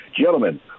Gentlemen